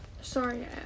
sorry